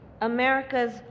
america's